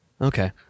Okay